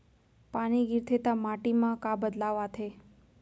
पानी गिरथे ता माटी मा का बदलाव आथे?